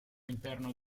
interno